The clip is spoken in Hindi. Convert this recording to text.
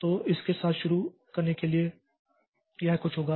तो इसके साथ शुरू करने के लिए यह कुछ होगा